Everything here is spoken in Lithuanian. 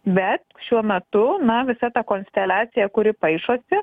bet šiuo metu na visa ta konsteliacija kuri paišosi